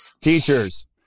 teachers